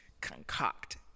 concoct